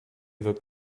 wirkt